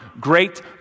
great